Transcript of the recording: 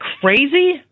crazy